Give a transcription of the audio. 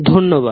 ধন্যবাদ